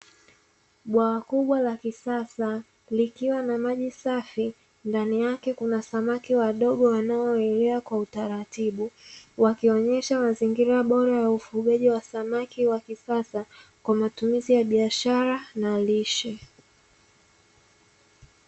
Bwawa kubwa la kisasa likiwa na maji safi, ndani yake kuna samaki wadogo wanaoelea kwa utaratibu, wakionyesha mazingira bora ya ufugaji wa samaki wa kisasa kwa matumizi ya biashara na lishe.